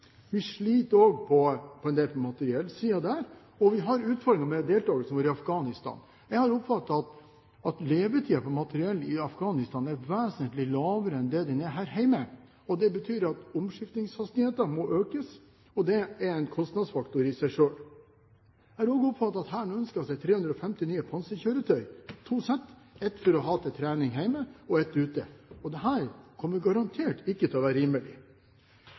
vi sliter også en del på materiellsiden der, og vi har utfordringer med deltakelsen vår i Afghanistan. Jeg har oppfattet at levetiden på materiell i Afghanistan er vesentlig lavere enn det den er her hjemme. Det betyr at omskiftningshastigheten må økes, og det er en kostnadsfaktor i seg selv. Jeg har også oppfattet at Hæren ønsker seg 350 nye panserkjøretøy – to sett, ett for å ha til trening hjemme og ett ute, og dette kommer garantert ikke til å være rimelig.